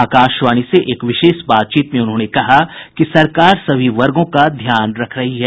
आकाशवाणी से एक विशेष बातचीत में उन्होंने कहा कि सरकार सभी वर्गो का ध्यान रख रही है